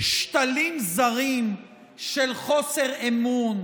שתלים זרים של חוסר אמון,